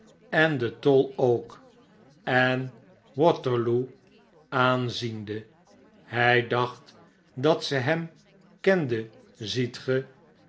en den tol ook en waterloo aanziende hy dacht dat ze hem kende ziet e